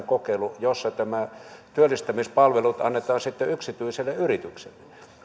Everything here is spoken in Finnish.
kokeilu jossa työllistämispalvelut annetaan yksityiselle yritykselle